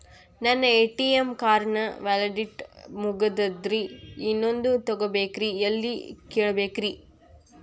ನನ್ನ ATM card ನ validity ಮುಗದದ್ರಿ ಇನ್ನೊಂದು ತೊಗೊಬೇಕ್ರಿ ಎಲ್ಲಿ ಕೇಳಬೇಕ್ರಿ?